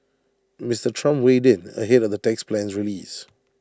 Mister Trump weighed in ahead of the tax plan's release